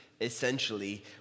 Essentially